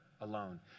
alone